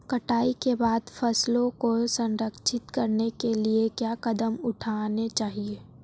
कटाई के बाद फसलों को संरक्षित करने के लिए क्या कदम उठाने चाहिए?